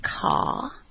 car